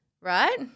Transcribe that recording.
right